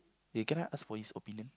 eh can I ask for his opinion